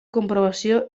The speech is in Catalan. comprovació